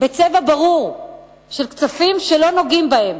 בצבע ברור של כספים שלא נוגעים בהם,